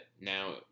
now